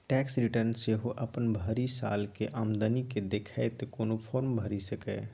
tax return सेहो अपन भरि सालक आमदनी केँ देखैत कोनो फर्म भरि सकैए